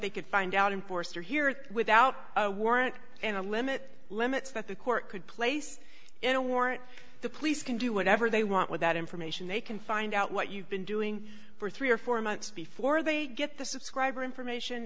they could find out in force or here without a warrant and a limit limits that the court could place in a warrant the police can do whatever they want with that information they can find out what you've been doing for three or four months before they get the subscriber information